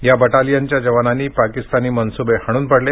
या बटालियनच्या जवानांनी पाकीस्तानी मनसुबे हाणून पाडले